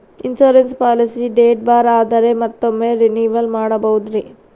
Insurance policy date ಬಾರ್ ಆದರೆ ಮತ್ತೊಮ್ಮೆ ರಿನಿವಲ್ ಮಾಡಬಹುದ್ರಿ?